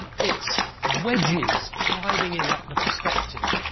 its wedges driving in up the perspective,